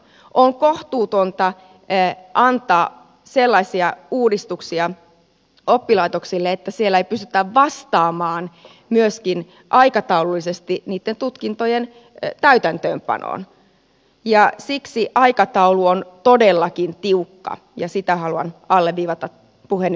on kohtuutonta antaa sellaisia uudistuksia oppilaitoksille että siellä ei pystytä vastaamaan myöskin aikataulullisesti niitten tutkintojen täytäntöönpanoon ja siksi aikataulu on todellakin tiukka ja sitä haluan alleviivata puheeni lopuksi